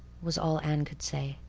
was all anne could say.